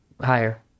Higher